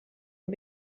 and